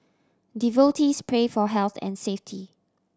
devotees pray for health and safety